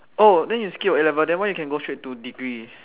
oh then you skip your A-level then why you can go straight to degree